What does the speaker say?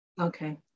Okay